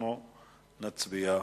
אנחנו נצביע.